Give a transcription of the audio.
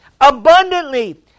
abundantly